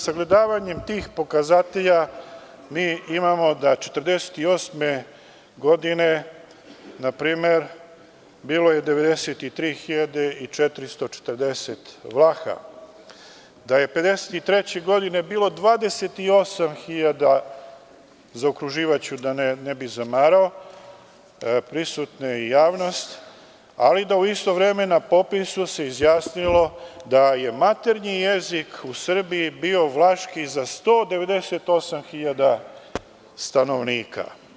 Sagledavanjem tih pokazatelja mi imamo da je 1948. godine, na primer, biloje 93.440 Vlaha, da je 1953. godine bilo 28.000, zaokruživaću da ne bih zamarao prisutne i javnost, ali da se u isto vreme na popisu izjasnilo da je maternji jezik u Srbiji bio vlaški za 198.000 stanovnika.